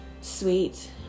sweet